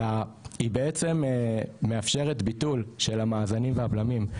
אלא היא בעצם מאפשרת ביטול של המאזנים והבלמים,